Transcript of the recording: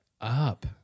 up